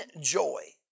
joy